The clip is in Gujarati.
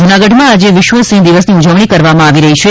જૂનાગઢમાં આજે વિશ્વ સિંહ દિવસની ઉજવણી કરવામાં આવી રહી છે